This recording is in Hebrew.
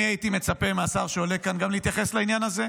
אני הייתי מצפה מהשר שעולה כאן גם להתייחס לעניין הזה,